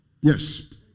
Yes